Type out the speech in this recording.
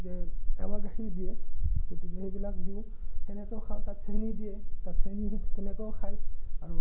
গতিকে এৱাঁ গাখীৰ দিয়ে গতিকে সেইবিলাক দিও সেনেকৈও খাওঁ তাত চেনি দিয়ে তাত চেনি দিয়ে তেনেকৈও খায় আৰু